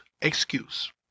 excuse